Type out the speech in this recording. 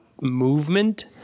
movement